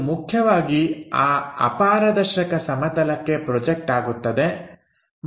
ಇದು ಮುಖ್ಯವಾಗಿ ಆ ಅಪಾರದರ್ಶಕ ಸಮತಲಕ್ಕೆ ಪ್ರೊಜೆಕ್ಟ್ ಆಗುತ್ತದೆ